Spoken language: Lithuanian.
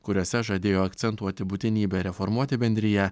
kuriuose žadėjo akcentuoti būtinybę reformuoti bendriją